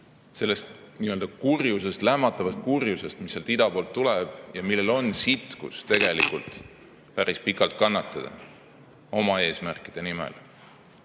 sügavast kurjusest, lämmatavast kurjusest, mis ida poolt tuleb ja millel on sitkust tegelikult päris pikalt kannatada oma eesmärkide nimel.